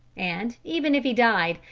and even if he died,